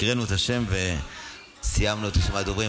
הקראנו את השם וסיימנו את רשימת הדוברים.